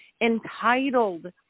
entitled